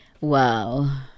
Wow